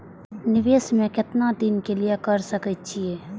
निवेश में केतना दिन के लिए कर सके छीय?